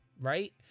right